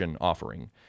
offering